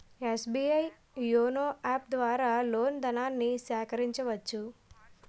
SBI YONO app ద్వారా loan ధనాన్ని సేకరించవచ్చు